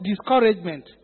discouragement